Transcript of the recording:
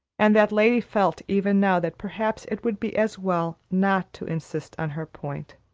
and that lady felt even now that perhaps it would be as well not to insist on her point.